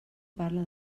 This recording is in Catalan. parla